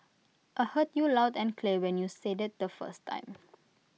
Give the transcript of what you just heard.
I heard you loud and clear when you said IT the first time